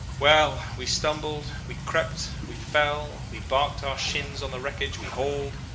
well! we stumbled, we crept, we fell, we barked our shins on the wreckage, we hauled.